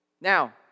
Now